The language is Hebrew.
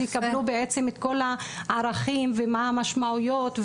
יקבלו בעצם את כל הערכים ומה המשמעויות,